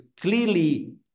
clearly